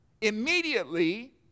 immediately